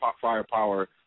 firepower